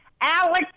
Alex